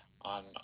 on